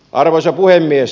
arvoisa puhemies